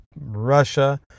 russia